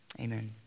Amen